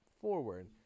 forward